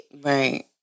Right